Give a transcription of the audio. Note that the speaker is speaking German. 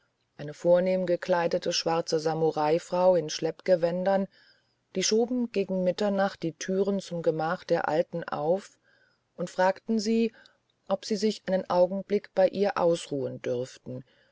eine vornehm gekleidete schwarze samuraifrau in schleppgewändern die schoben gegen mitternacht die türen zum gemach der alten auf und fragten sie ob sie sich einen augenblick bei ihr ausruhen dürften